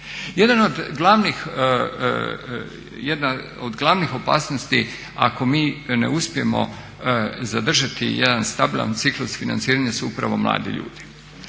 Jedna od glavnih opasnosti ako mi ne uspijemo zadržati jedan stabilan ciklus financiranja su upravo mladi ljudi